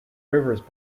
rivers